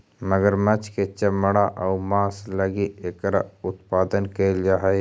मगरमच्छ के चमड़ा आउ मांस लगी एकरा उत्पादन कैल जा हइ